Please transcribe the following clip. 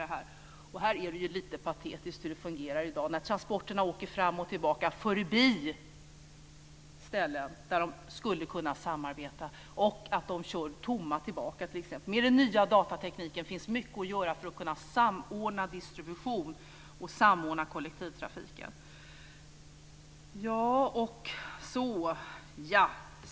Det är lite patetiskt hur det fungerar i dag när transporterna går fram och tillbaka förbi ställen där det skulle kunna gå att samarbeta och att transporterna går tomma tillbaka t.ex. Med den nya datatekniken finns mycket att göra för att samordna distribution och samordna kollektivtrafiken.